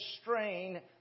strain